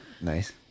nice